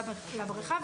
לבריכה.